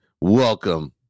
welcome